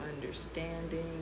understanding